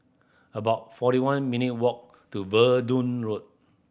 about forty one minute walk to Verdun Road